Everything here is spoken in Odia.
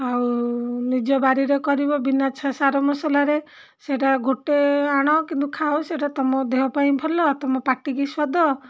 ଆଉ ନିଜ ବାରିରେ କରିବ ବିନା ଛ ସାର ମସଲାରେ ସେଇଟା ଗୋଟିଏ ଆଣ କିନ୍ତୁ ଖାଅ ସେଇଟା ତୁମ ଦେହ ପାଇଁ ଭଲ ତୁମ ପାଟିକି ସ୍ୱାଦ